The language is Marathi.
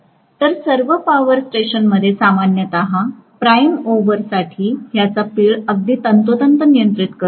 तर सर्व पॉवर स्टेशनमध्ये सामान्यपणे प्राइम ओव्हरसाठी ह्याचा पिळ अगदी तंतोतंत नियंत्रित करतो